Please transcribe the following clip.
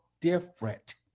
different